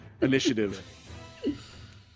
Initiative